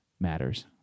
matters